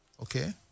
okay